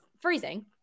freezing